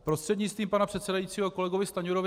Prostřednictvím pana předsedajícího ke kolegovi Stanjurovi.